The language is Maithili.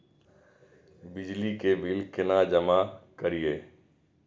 बिजली के बिल केना जमा करिए?